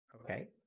Okay